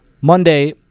Monday